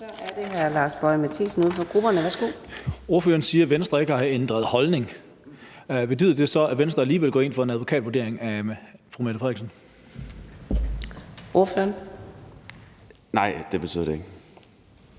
Ordføreren siger, at Venstre ikke har ændret holdning. Betyder det så, at Venstre alligevel går ind for en advokatvurdering af statsministeren? Kl. 12:56 Fjerde